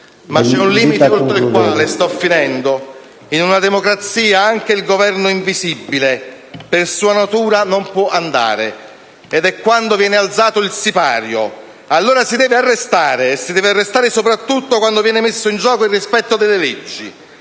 Ma c'è un limite oltre il quale in una democrazia anche il Governo invisibile per sua natura non può andare ed è quando viene alzato il sipario. Allora si deve arrestare e lo deve fare soprattutto quando viene messo in gioco il rispetto delle leggi,